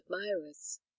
admirers